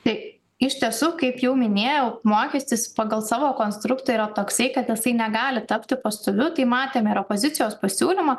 tai iš tiesų kaip jau minėjau mokestis pagal savo konstruktą yra toksai kad jisai negali tapti pastoviu tai matėme ir opozicijos pasiūlymą